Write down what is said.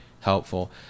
helpful